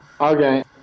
Okay